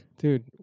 dude